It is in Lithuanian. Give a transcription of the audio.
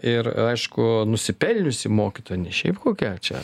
ir aišku nusipelniusi mokytoja ne šiaip kokia čia